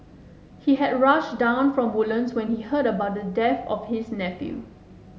he had rushed down from Woodlands when he heard about the death of his nephew